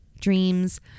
dreams